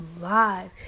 live